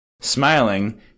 Smiling